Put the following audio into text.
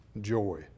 joy